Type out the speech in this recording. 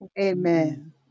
Amen